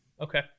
okay